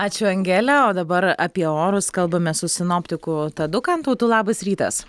ačiū angele o dabar apie orus kalbame su sinoptiku tadu kantautu labas rytas